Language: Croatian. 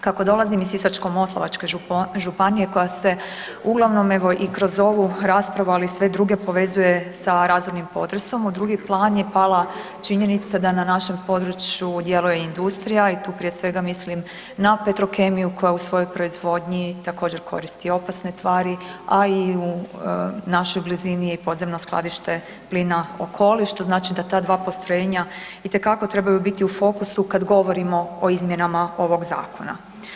Kako dolazim iz Sisačko-moslavačke županije koja se uglavnom evo i kroz ovu raspravu, ali i sve druge povezuje sa razornim potresom u drugi plan je pala činjenica da na našem području djeluje industrija i tu prije svega mislim na „Petrokemiju“ koja u svojoj proizvodnji također koristi opasne tvari, a i u našoj blizini je podzemno skladište plina „Okoli“ što znači da ta dva postrojenja itekako trebaju biti u fokusu kada govorimo o izmjenama ovog zakona.